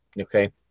Okay